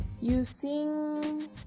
Using